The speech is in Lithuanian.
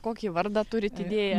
kokį vardą turit idėją